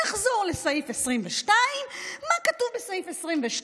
נחזור לסעיף 22. מה כתוב בסעיף 22?